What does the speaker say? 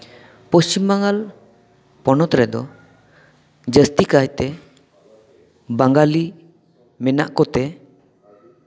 ᱯᱚᱥᱪᱷᱤᱢ ᱵᱟᱝᱜᱟᱞ ᱯᱚᱱᱚᱛ ᱨᱮᱫᱚ ᱡᱟᱹᱥᱛᱤ ᱠᱟᱭᱛᱮ ᱵᱟᱝᱜᱟᱞᱤ ᱢᱮᱱᱟᱜ ᱠᱚᱛᱮ